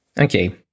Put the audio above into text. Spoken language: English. okay